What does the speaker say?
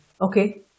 Okay